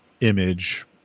image